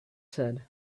said